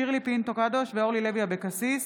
שירלי פינטו קדוש ואורלי לוי אבקסיס